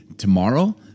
Tomorrow